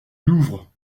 louvre